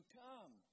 come